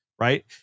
right